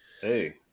hey